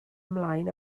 ymlaen